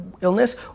illness